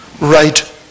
right